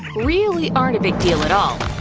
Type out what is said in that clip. really aren't a big deal at all.